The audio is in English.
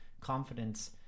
confidence